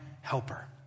helper